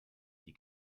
die